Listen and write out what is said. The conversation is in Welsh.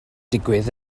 digwydd